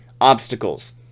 obstacles